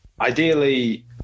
ideally